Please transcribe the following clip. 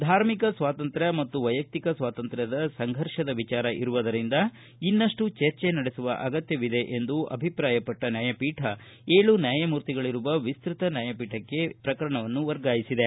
ಧಾರ್ಮಿಕ ಸ್ವಾತಂತ್ರ್ಯ ಮತ್ತು ವೈಯಕ್ತಿಕ ಸ್ವಾತಂತ್ರ್ಯದ ಸಂಘರ್ಷದ ವಿಚಾರ ಇರುವುದರಿಂದ ಇನ್ನಷ್ಟು ಚರ್ಚೆ ನಡೆಸುವ ಅಗತ್ಯವಿದೆ ಎಂದು ಅಭಿಪ್ರಾಯ ಪಟ್ಟ ನ್ಯಾಯಪೀಠ ಏಳು ನ್ಯಾಯಮೂರ್ತಿಗಳಿರುವ ವಿಸ್ತೃತ ನ್ಯಾಯಪೀಠಕ್ಕೆ ವರ್ಗಾಯಿಸಿದೆ